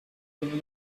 over